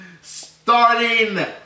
Starting